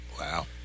Wow